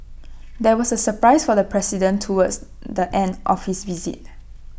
there was A surprise for the president towards the end of his visit